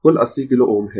कुल 80 किलो Ω है